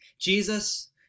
jesus